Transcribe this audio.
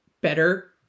better